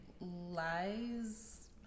lies